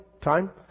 time